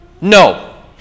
no